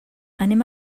anem